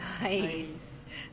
Nice